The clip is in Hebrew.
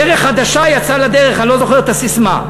דרך חדשה יצאה לדרך, אני לא זוכר את הססמה,